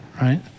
right